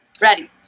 Ready